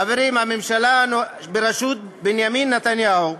חברים, הממשלה בראשות בנימין נתניהו,